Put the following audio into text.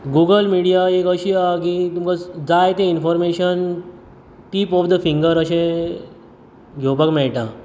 Google media एक अशी आहा की तुमकां स जाय तें information tip of the finger अशें घेवपाक मेळटा